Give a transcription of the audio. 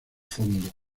fondo